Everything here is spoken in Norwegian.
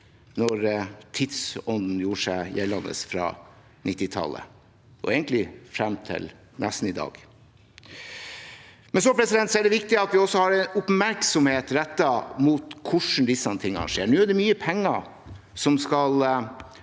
da tidsånden gjorde seg gjeldende fra 1990-tallet og egentlig nesten frem til i dag. Det er viktig at vi også har oppmerksomheten rettet mot hvordan disse tingene skjer. Nå er det mye penger som skal